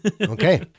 Okay